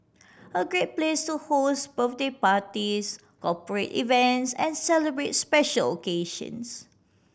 a great place to host birthday parties corporate events and celebrate special occasions